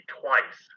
twice